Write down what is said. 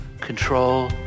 control